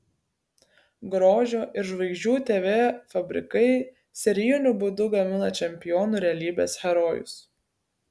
grožio ir žvaigždžių tv fabrikai serijiniu būdu gamina čempionų realybės herojus